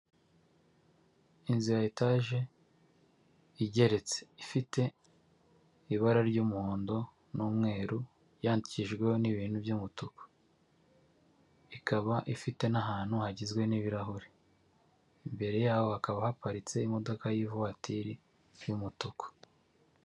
Inzu ya etaje igeretse, ifite ibara ry'umuhondo n'umweru, yandikijwe n'ibintu by'umutuku, ikaba ifite n'ahantu hagizwe n'ibirahuri, imbere yaho hakaba haparitse imodoka y'ivatiri y'umutuku.